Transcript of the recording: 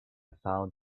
found